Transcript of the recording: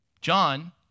John